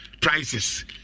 prices